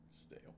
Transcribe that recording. stale